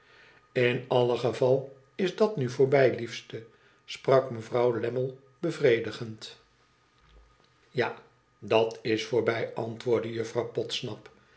in alle geval is dat nu voorbij liefste sprak mevrouw lammie bevredigend ja dat is voorbij antwoordde juffrouw podsnap